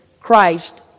Christ